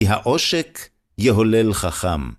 ‫כי העושק יהולל חכם.